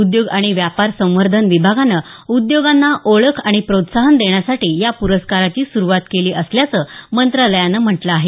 उद्योग आणि व्यापार संवर्धन विभागानं उद्योगांना ओळख आणि प्रोत्साहन देण्यासाठी या प्रस्काराची सुरूवात केली असल्याचं मंत्रालयानं म्हटलं आहे